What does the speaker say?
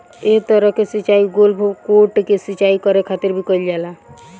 एह तरह के सिचाई गोल्फ कोर्ट के सिंचाई करे खातिर भी कईल जाला